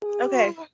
Okay